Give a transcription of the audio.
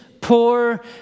poor